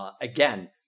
Again